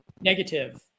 negative